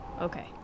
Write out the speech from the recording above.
okay